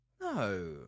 No